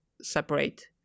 separate